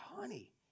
honey